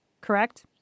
Correct